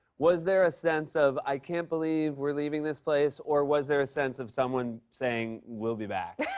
was there a sense of i can't believe we're leaving this place or was there a sense of someone saying, we'll be back?